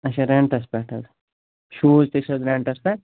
اَچھا رٮ۪نٹَس پٮ۪ٹھ حظ شوٗز تہِ چھِ حظ رٮ۪نٹَس پٮ۪ٹھ